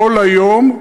כל היום,